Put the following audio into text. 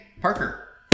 Parker